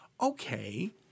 Okay